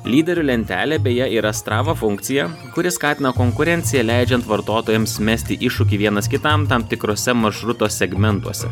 lyderių lentelė beje yra strava funkcija kuri skatina konkurenciją leidžiant vartotojams mesti iššūkį vienas kitam tam tikrose maršruto segmentuose